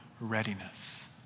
readiness